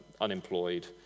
unemployed